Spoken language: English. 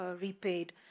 repaid